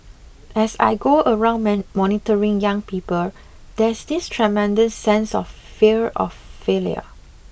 as I go around mentoring young people there's this tremendous sense of fear of failure